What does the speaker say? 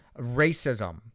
racism